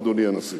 אדוני הנשיא.